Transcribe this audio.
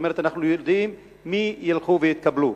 אנחנו יודעים מי ילכו ויתקבלו.